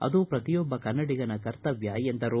ಅದು ಪ್ರತಿಯೊಬ್ಬ ಕನ್ನಡಿಗನ ಕರ್ತವ್ಯ ಎಂದರು